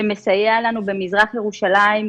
שמסייע לנו במזרח ירושלים,